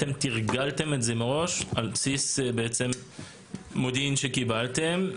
אתם תרגלתם את זה מראש על בסיס מודיעין שקיבלתם?